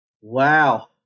Wow